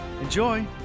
Enjoy